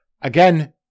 Again